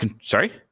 sorry